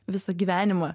visą gyvenimą